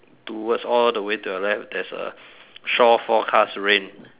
towards all the way to your left there's a shore forecast rain